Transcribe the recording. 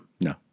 No